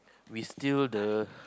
we still the